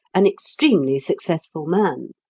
an extremely successful man,